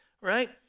right